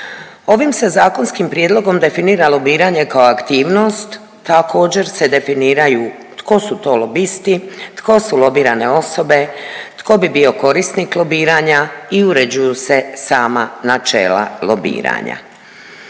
Ovim se zakonskim prijedlogom definira lobiranje kao aktivnost, također se definiraju tko su to lobisti, tko su lobirane osobe, tko bi bio korisnik lobiranja i uređuju se sama načela lobiranja.